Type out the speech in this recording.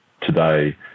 today